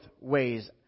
ways